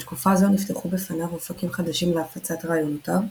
בתקופה זו נפתחו בפניו אופקים חדשים להפצת רעיונותיו,